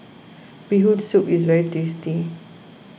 Bee Hoon Soup is very tasty